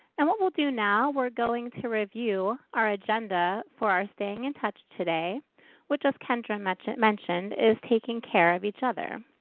and what we'll do now, we're going to review our agenda for our staying in touch today which, as kendra mentioned, is taking care of each other.